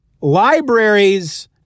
libraries